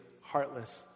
heartless